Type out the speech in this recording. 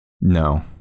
No